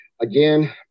Again